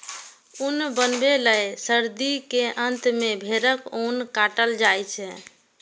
ऊन बनबै लए सर्दी के अंत मे भेड़क ऊन काटल जाइ छै